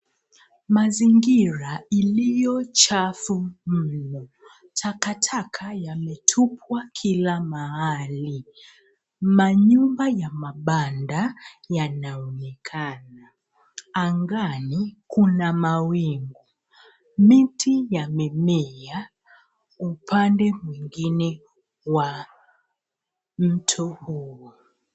Mazingira iliyochafu mno. Takataka yametupwa kila mahali. Manyumba ya mabanda yanaonekana. Angani kuna mawingu. Miti yamemema upande mwingine wa mto huo.